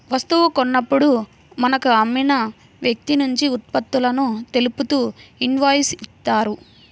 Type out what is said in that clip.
వస్తువు కొన్నప్పుడు మనకు అమ్మిన వ్యక్తినుంచి ఉత్పత్తులను తెలుపుతూ ఇన్వాయిస్ ఇత్తారు